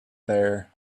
there